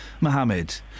Mohammed